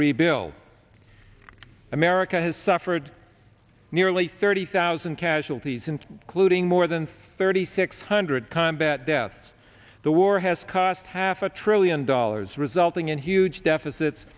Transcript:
rebuild america has suffered nearly thirty thousand casualties in clude ing more than thirty six hundred combat deaths the war has cost half a trillion dollars resulting in huge deficit